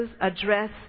address